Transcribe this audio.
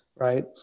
Right